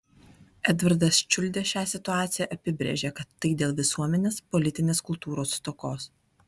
edvardas čiuldė šią situaciją apibrėžė kad tai dėl visuomenės politinės kultūros stokos